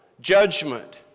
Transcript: judgment